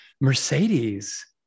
Mercedes